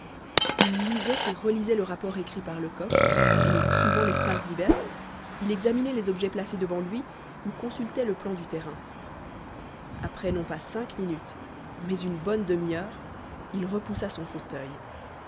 il lisait et relisait le rapport écrit par lecoq et suivant les phrases diverses il examinait les objets placés devant lui ou consultait le plan du terrain après non pas cinq minutes mais une bonne demi-heure il repoussa son fauteuil